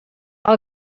all